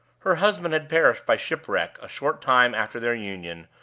her husband had perished by shipwreck a short time after their union,